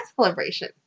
celebration